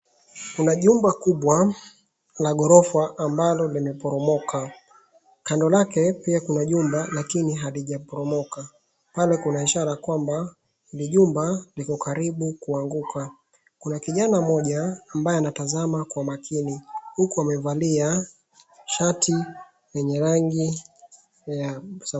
Kuna jumba kubwa na ghorofa ambalo limeporomoka. Kando lake pia kuna jumba lakini hakijaporomoka. Pale kuna ishara kwamba ni jumba liko karibu kuanguka, kuna kijana mmoja ambaye anatazama kwa makini, huku amevalia shati yenye rangi ya samawati.